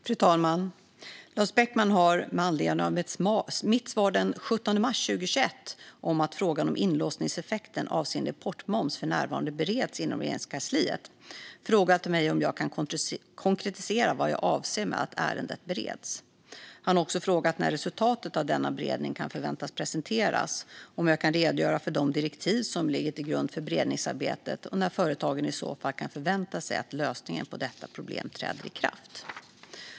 Fru talman! Lars Beckman har, med anledning av mitt svar den 17 mars 2021 om att frågan om inlåsningseffekten avseende importmoms för närvarande bereds inom Regeringskansliet, frågat mig om jag kan konkretisera vad jag avser med att ärendet bereds. Han har också frågat när resultatet av denna beredning kan förväntas presenteras, om jag kan redogöra för de direktiv som ligger till grund för beredningsarbetet och när företagen i så fall kan förvänta sig att lösningen på detta problem träder i kraft.